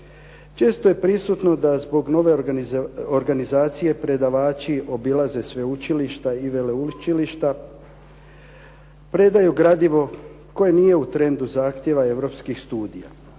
Često je prisutno da zbog nove organizacije predavači obilaze sveučilišta i veleučilišta, predaju gradivo koje nije u trendu zahtjeva europskih studija.